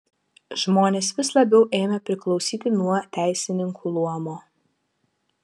žmonės vis labiau ėmė priklausyti nuo teisininkų luomo